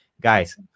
guys